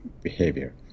behavior